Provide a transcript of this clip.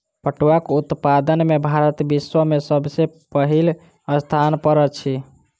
पटुआक उत्पादन में भारत विश्व में सब सॅ पहिल स्थान पर अछि